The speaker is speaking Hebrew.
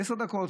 עשר דקות,